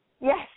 Yes